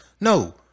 No